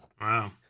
Wow